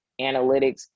analytics